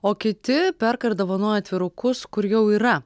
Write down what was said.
o kiti perka ir dovanoja atvirukus kur jau yra